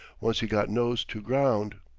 once he got nose to ground.